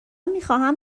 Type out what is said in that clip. میخواهم